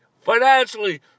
financially